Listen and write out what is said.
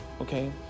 okay